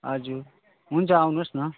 हजुर हुन्छ आउनुहोस् न